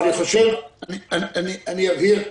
אני אבהיר.